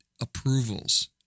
approvals